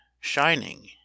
shining